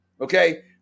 okay